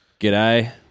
G'day